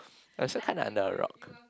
i was also kinda under a rock